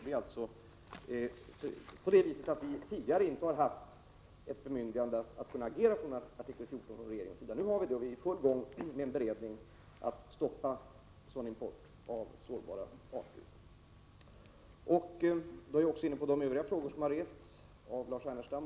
Vi har alltså tidigare från regeringens sida inte haft något bemyndigande att agera på grundval av artikel 14. Nu har vid det, och vi är i full gång med en beredning för att stoppa sådan import av sårbara arter. Jag är därmed inne på de frågor som bl.a. har rests av Lars Ernestam.